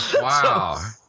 wow